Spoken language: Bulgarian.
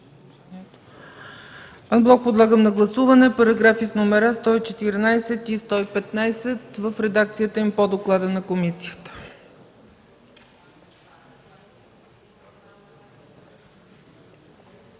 Анблок подлагам на гласуване параграфи 114 и 115 в редакцията им по доклада на комисията.